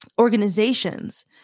organizations